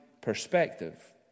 perspective